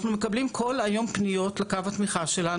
אנחנו מקבלים כל היום פניות לקו התמיכה שלנו,